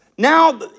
Now